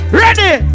ready